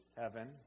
heaven